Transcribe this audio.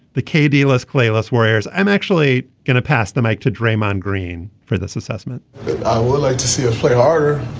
the k deal is clueless warriors. i'm actually gonna pass the make to draymond green for this assessment i would like to see him play harder.